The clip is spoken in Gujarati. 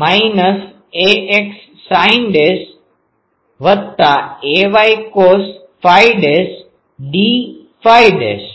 minus ax sine phi dash વત્તા ay cos phi dash d phi dash